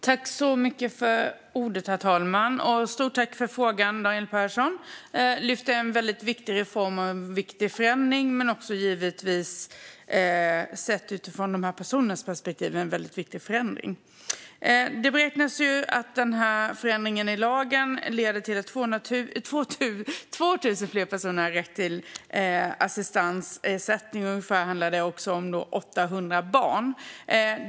Herr talman! Jag tackar för frågan. Daniel Persson lyfter upp en viktig reform och en viktig förändring. Sett ur dessa personers perspektiv är det givetvis fråga om en mycket viktig förändring. Det beräknas att förändringen i lagen leder till att 2 000 fler personer har rätt till assistansersättning, och det handlar om 800 barn.